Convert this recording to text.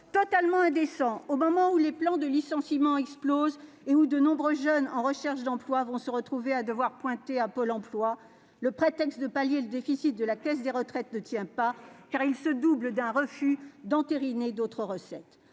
totalement indécent, au moment où les plans de licenciement explosent et où de nombreux jeunes en recherche d'un travail vont devoir pointer à Pôle emploi. Le prétexte du comblement du déficit de la caisse des retraites ne tient pas, car il se double d'un refus d'envisager d'autres recettes.